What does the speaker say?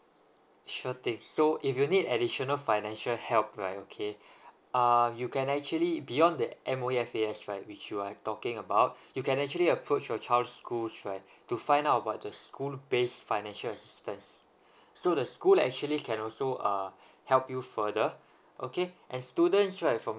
sure thing so if you need additional financial help right okay uh you can actually beyond the M_O_E F_A_S right which you're talking about you can actually approach your child's school right to find out what the school based financial assistance so the school actually can also uh help you further okay and students right from